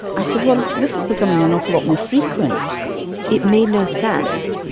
i said, well, this is becoming an awful lot more frequent it made no sense.